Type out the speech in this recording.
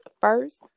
First